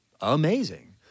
amazing